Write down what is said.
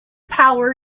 power